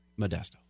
Modesto